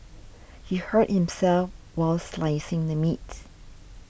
he hurt himself while slicing the meats